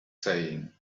saying